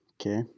okay